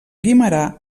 guimerà